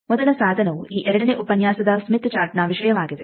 ಮೊದಲ ಸಾಧನವು ಈ 2ನೇ ಉಪನ್ಯಾಸದ ಸ್ಮಿತ್ ಚಾರ್ಟ್ ನ ವಿಷಯವಾಗಿದೆ